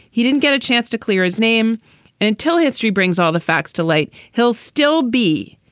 he didn't get a chance to clear his name and until history brings all the facts to light. he'll still be,